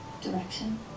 direction